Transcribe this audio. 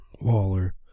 Waller